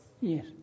Yes